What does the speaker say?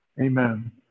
amen